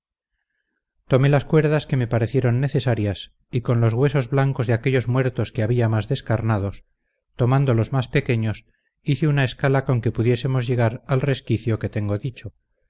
tomé las cuerdas que me parecieron necesarias y con los huesos blancos de aquellos muertos que había más descarnados tomando los más pequeños hice una escala con que pudiésemos llegar al resquicio que tengo dicho